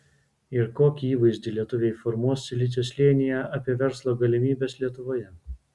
ir kokį įvaizdį lietuviai formuos silicio slėnyje apie verslo galimybes lietuvoje